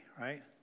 right